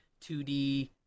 2D